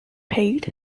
paid